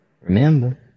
Remember